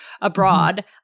abroad